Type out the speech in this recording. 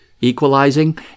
equalizing